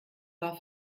war